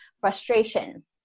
frustration